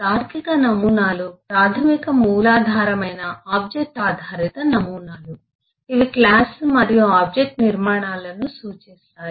తార్కిక నమూనాలు ప్రాథమిక మూలధారమైన ఆబ్జెక్ట్ ఆధారిత నమూనాలు ఇవి క్లాసు మరియు ఆబ్జెక్ట్ నిర్మాణాలను సూచిస్తాయి